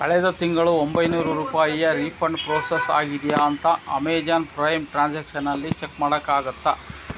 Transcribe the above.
ಕಳೆದ ತಿಂಗಳು ಒಂಬೈನೂರು ರೂಪಾಯಿಯ ರೀಫಂಡ್ ಪ್ರೋಸೆಸ್ ಆಗಿದೆಯಾ ಅಂತ ಅಮೆಜಾನ್ ಪ್ರೈಮ್ ಟ್ರಾನ್ಸಾಕ್ಷನಲ್ಲಿ ಚೆಕ್ ಮಾಡೋಕ್ಕಾಗತ್ತಾ